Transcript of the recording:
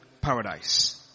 paradise